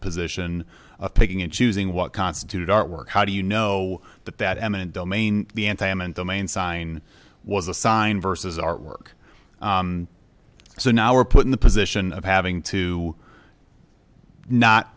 position of picking and choosing what constituted art work how do you know that that eminent domain the entertainment domain sign was a sign versus art work so now we're put in the position of having to not